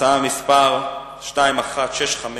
הצעה מס' 2165: